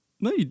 No